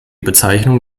bezeichnung